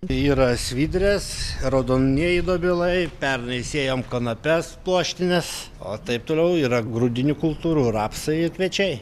tai yra svidrės raudonieji dobilai pernai sėjom kanapes pluoštines o taip toliau yra grūdinių kultūrų rapsai ir kviečiai